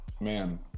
Man